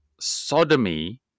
sodomy